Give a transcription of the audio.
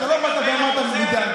אתה לא באת ואמרת מדאגה.